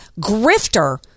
grifter